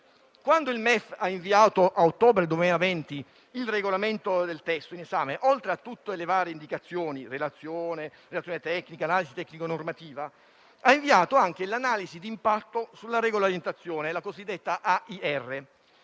Quando il MEF ha inviato ad ottobre 2020 il regolamento del testo in esame, oltre a tutte le varie indicazioni (relazione tecnica, analisi tecnico-normativa), ha inviato anche l'Analisi dell'impatto della regolarizzazione, la cosiddetta AIR,